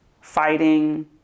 Fighting